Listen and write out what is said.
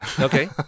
Okay